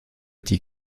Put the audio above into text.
die